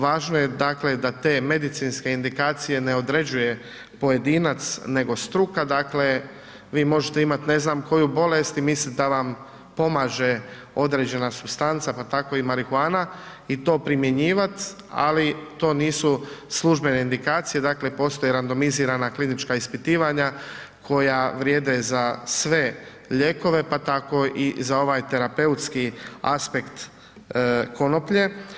Važno je, dakle da te medicinske indikacije ne određuje pojedinac nego struka, dakle vi možete imat ne znam koju bolest i mislit da vam pomaže određena supstanca, pa tako i marihuana i to primjenjivat, ali to nisu službene indikacije, dakle postoje randomizirana klinička ispitivanja koja vrijede za sve lijekove, pa tako i za ovaj terapeutski aspekt konoplje.